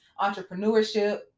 entrepreneurship